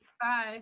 bye